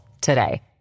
today